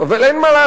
אבל אין מה לעשות,